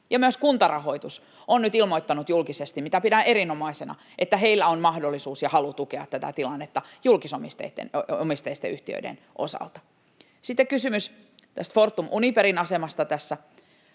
Myös Kuntarahoitus on nyt ilmoittanut julkisesti, mitä pidän erinomaisena, että heillä on mahdollisuus ja halu tukea tätä tilannetta julkisomisteisten yhtiöiden osalta. Sitten kysymys Fortum-Uniperin asemasta.